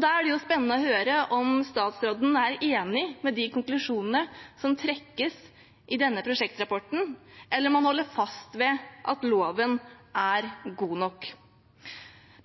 Da er det jo spennende å høre om statsråden er enig i de konklusjonene som trekkes i denne prosjektrapporten, eller om han holder fast ved at loven er god nok.